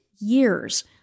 years